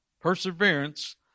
perseverance